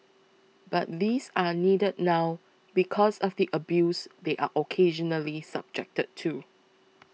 but these are needed now because of the abuse they are occasionally subjected to